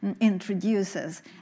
introduces